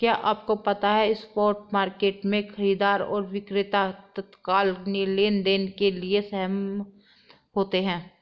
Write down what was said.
क्या आपको पता है स्पॉट मार्केट में, खरीदार और विक्रेता तत्काल लेनदेन के लिए सहमत होते हैं?